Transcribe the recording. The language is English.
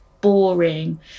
boring